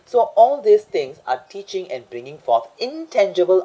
so all these things are teaching and bringing forth intangible